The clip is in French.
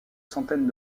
centaines